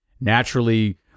naturally